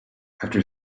after